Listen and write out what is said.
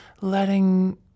letting